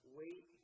wait